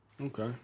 Okay